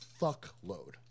fuckload